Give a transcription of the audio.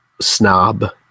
snob